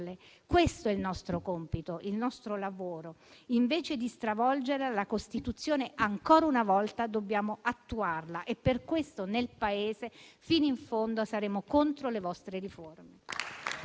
Questo è il nostro compito, il nostro lavoro. Invece di stravolgere la Costituzione, ancora una volta dobbiamo attuarla. Per questo, nel Paese, fino in fondo saremo contro le vostre riforme.